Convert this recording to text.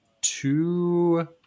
two